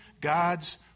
God's